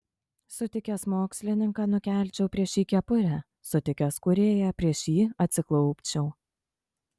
sutikęs mokslininką nukelčiau prieš jį kepurę sutikęs kūrėją prieš jį atsiklaupčiau